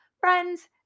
friends